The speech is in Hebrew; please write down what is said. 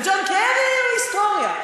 וג'ון קרי הוא היסטוריה,